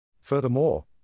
Furthermore